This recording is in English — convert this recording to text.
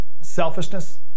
selfishness